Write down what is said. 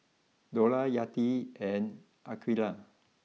Dollah Yati and Aqeelah